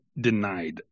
denied